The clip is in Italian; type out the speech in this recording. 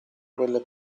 quelle